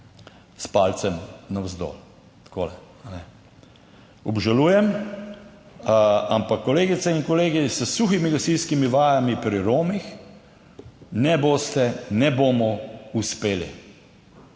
s palcem navzdol, takole. Obžalujem, ampak kolegice in kolegi, s suhimi gasilskimi vajami pri Romih ne boste,